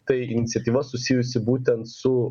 tai iniciatyva susijusi būtent su